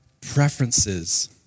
preferences